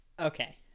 okay